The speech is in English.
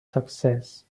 success